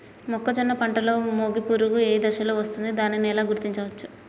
మొక్కజొన్న పంటలో మొగి పురుగు ఏ దశలో వస్తుంది? దానిని ఎలా గుర్తించవచ్చు?